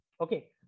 okay